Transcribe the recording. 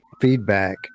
feedback